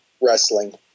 wrestling